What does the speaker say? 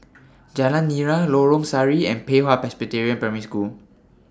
Jalan Nira Lorong Sari and Pei Hwa Presbyterian Primary School